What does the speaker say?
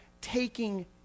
taking